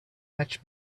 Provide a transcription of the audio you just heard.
much